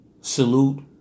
salute